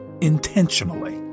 intentionally